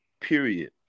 period